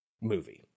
movie